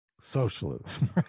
socialism